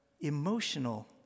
emotional